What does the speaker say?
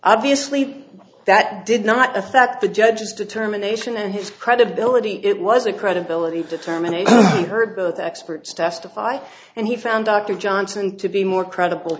obviously that did not affect the judge's determination and his credibility it was a credibility to terminate her both experts testify and he found dr johnson to be more credible